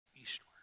eastward